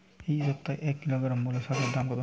এ সপ্তাহে এক কিলোগ্রাম মুলো শাকের দাম কত?